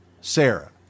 Sarah